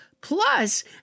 Plus